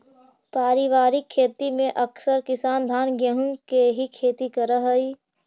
पारिवारिक खेती में अकसर किसान धान गेहूँ के ही खेती करऽ हइ